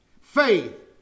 faith